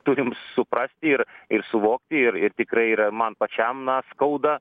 turim suprasti ir ir suvokti ir ir tikrai yra man pačiam na skauda